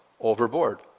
overboard